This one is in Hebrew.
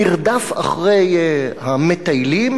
מרדף אחרי המטיילים,